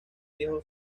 viejo